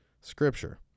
Scripture